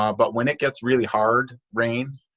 um but when it gets really hard rain,